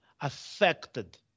affected